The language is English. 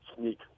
sneak